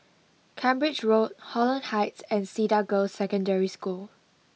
Cambridge Road Holland Heights and Cedar Girls' Secondary School